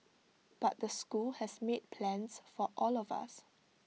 but the school has made plans for all of us